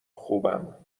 خوبم